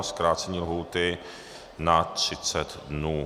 Zkrácení lhůty na třicet dnů.